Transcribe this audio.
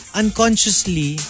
unconsciously